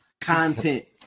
content